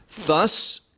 Thus